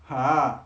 !huh!